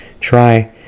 try